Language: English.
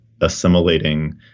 assimilating